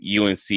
UNC